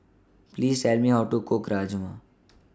Please Tell Me How to Cook Rajma